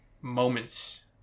moments